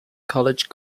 college